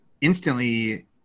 instantly